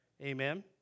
Amen